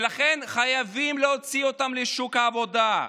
ולכן חייבים להוציא אותם לשוק העבודה.